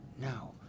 now